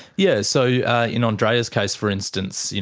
yes, so yeah in andreea's case, for instance, you know